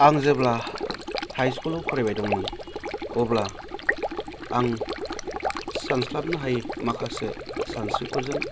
आं जेब्ला हाई स्कुलाव फरायबाय दंमोन अब्ला आं सानस्लाबनो हायै माखासे सानस्रिफोरजों